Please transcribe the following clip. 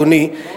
אדוני,